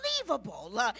unbelievable